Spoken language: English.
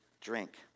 drink